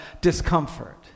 discomfort